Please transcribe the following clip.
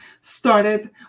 started